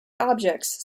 objects